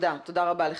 תודה רבה לך.